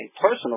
personal